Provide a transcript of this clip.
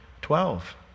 twelve